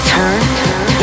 Turn